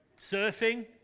Surfing